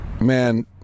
man